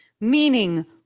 meaning